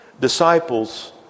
disciples